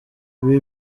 ibi